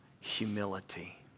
humility